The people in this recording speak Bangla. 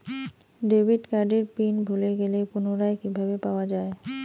ডেবিট কার্ডের পিন ভুলে গেলে পুনরায় কিভাবে পাওয়া য়ায়?